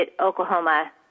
Oklahoma